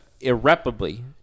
irreparably